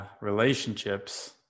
Relationships